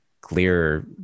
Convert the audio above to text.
clear